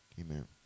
Amen